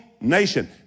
nation